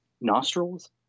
nostrils